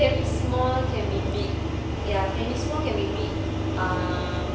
can be small can be big ya can be small can be big um